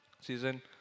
season